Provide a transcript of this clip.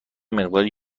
مقداری